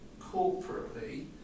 corporately